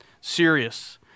Serious